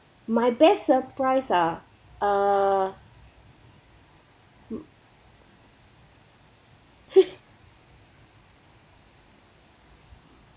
my best surprise ah err m~